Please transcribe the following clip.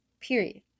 period